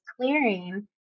clearing